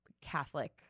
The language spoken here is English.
Catholic